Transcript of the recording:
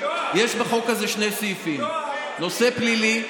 יש בחוק הזה שני סעיפים: נושא פלילי,